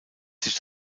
sich